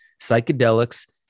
psychedelics